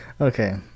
Okay